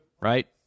right